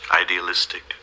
idealistic